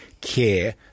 care